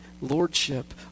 lordship